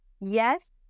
Yes